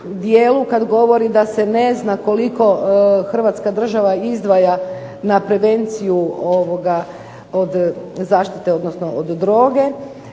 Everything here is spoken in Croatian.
kad govori da se ne zna koliko Hrvatska država izdvaja na prevenciju zaštite od droge.